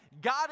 God